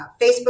Facebook